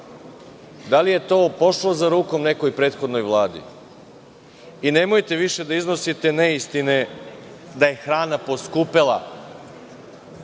Da li je to pošlo za rukom nekoj prethodnoj vladi? Nemojte više da iznosite neistine da je hrana poskupela